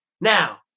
Now